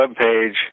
webpage